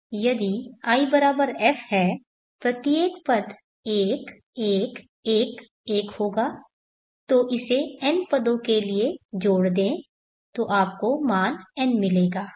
यदि if है प्रत्येक पद 1 1 1 1 होगा तो इसे n पदों के लिए जोड़ दें तो आपको मान n मिलेगा